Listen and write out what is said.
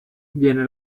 viene